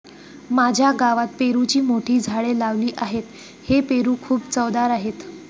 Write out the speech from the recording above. माझ्या गावात पेरूची मोठी झाडे लावली आहेत, हे पेरू खूप चवदार आहेत